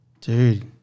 Dude